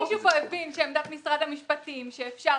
אם מישהו פה הבין שעמדת משרד המשפטים היא שאפשר